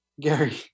gary